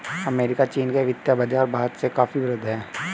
America चीन के वित्तीय बाज़ार भारत से काफी वृहद हैं